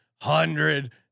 hundred